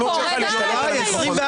אתה בקריאה שלישית.